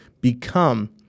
become